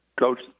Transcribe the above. Coach